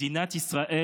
מדינת ישראל,